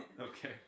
Okay